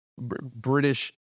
British